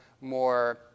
more